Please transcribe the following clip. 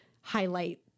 highlight